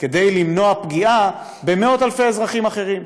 כדי למנוע פגיעה במאות-אלפי אזרחים אחרים.